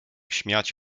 śmiać